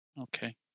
okay